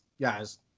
guys